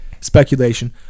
speculation